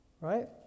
right